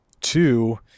Two